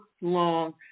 long